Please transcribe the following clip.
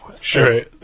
Sure